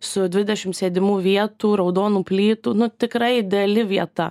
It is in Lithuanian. su dvidešim sėdimų vietų raudonų plytų nu tikrai ideali vieta